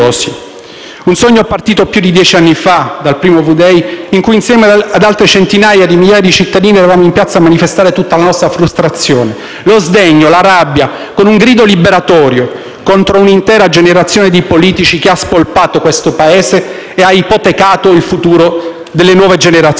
un sogno partito più di dieci anni fa, dal primo V-day, in cui, insieme ad altre centinaia di migliaia di cittadini, eravamo in piazza a manifestare tutta la nostra frustrazione, lo sdegno, la rabbia, con un grido liberatorio contro una intera generazione di politici che ha spolpato questo Paese e ha ipotecato il futuro delle nuove generazioni.